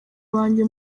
banjye